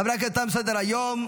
חברי הכנסת, תם סדר-היום.